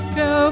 go